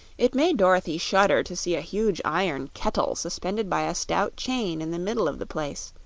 it made dorothy shudder to see a huge iron kettle suspended by a stout chain in the middle of the place,